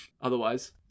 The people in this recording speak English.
Otherwise